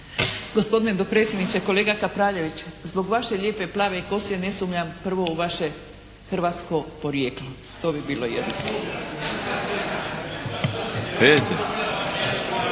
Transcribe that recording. Gospodine dopredsjedniče. Kolega Kapraljević zbog vaše lijepe plave kose ne sumnjam prvo u vaše hrvatsko podrijetlo, to bi bilo jedno.